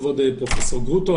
כבוד פרופ' גרוטו,